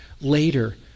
later